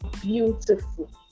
beautiful